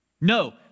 No